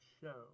show